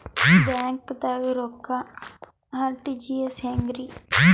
ಬ್ಯಾಂಕ್ದಾಗ ರೊಕ್ಕ ಆರ್.ಟಿ.ಜಿ.ಎಸ್ ಹೆಂಗ್ರಿ?